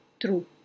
true